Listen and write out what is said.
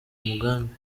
mugambi